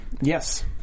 Yes